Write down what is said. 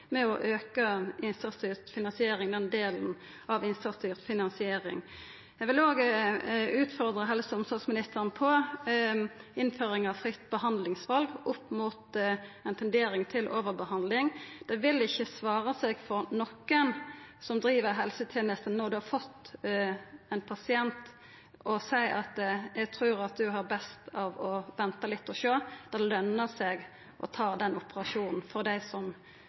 med å auka den delen av innsatsstyrt finansiering. Eg vil òg utfordra helse- og omsorgsministeren på innføring av fritt behandlingsval opp mot ein tendens til overbehandling. Det vil ikkje svara seg for nokon som driv helsetenester, når ein har fått ein pasient, å seia at eg trur du har best av å venta litt og sjå. Det lønner seg å ta den operasjonen for dei som